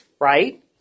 right